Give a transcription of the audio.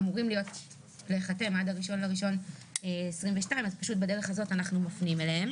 אמורים להיחתם עד 1 בינואר 22'. בדרך הזאת אנחנו מפנים אליהם.